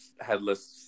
headless